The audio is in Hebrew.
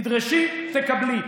תדרשי, תקבלי.